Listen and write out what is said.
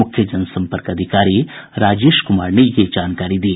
मुख्य जनसम्पर्क अधिकारी राजेश कुमार ने यह जानकारी दी